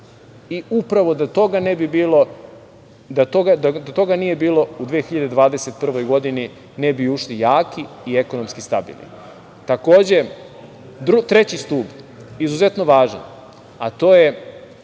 Upravo da toga nije bilo u 2021. godini ne bi ušli jaki i ekonomski stabilni. Takođe, treći stub izuzetno važan, a to je